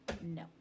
no